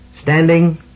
standing